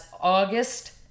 August